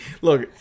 Look